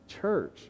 church